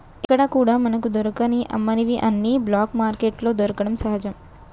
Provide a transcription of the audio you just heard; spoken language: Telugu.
ఎక్కడా కూడా మనకు దొరకని అమ్మనివి అన్ని బ్లాక్ మార్కెట్లో దొరకడం సహజం